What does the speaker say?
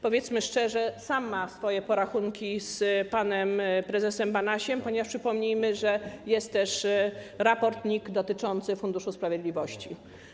Powiedzmy szczerze, sam ma swoje porachunki z panem prezesem Banasiem, ponieważ przypomnijmy, że jest też raport NIK dotyczący Funduszu Sprawiedliwości.